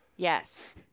Yes